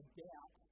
doubt